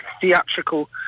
theatrical